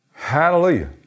Hallelujah